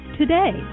today